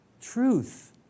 Truth